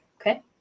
okay